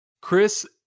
Chris